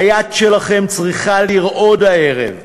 היד שלכם צריכה לרעוד הערב,